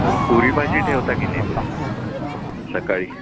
बरं पुरीभाजी ठेवता की नाही तुम्ही सकाळी